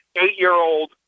eight-year-old